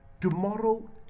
Tomorrow